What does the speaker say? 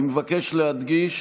אני מבקש להדגיש